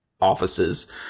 offices